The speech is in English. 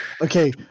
Okay